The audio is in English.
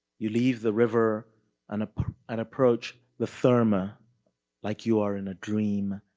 you leave the river and approach and approach the therme ah like you are in a dream,